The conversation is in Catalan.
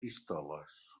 pistoles